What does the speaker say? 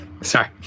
Sorry